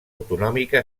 autonòmica